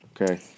okay